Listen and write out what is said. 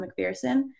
McPherson